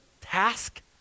task